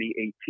2018